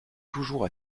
toujours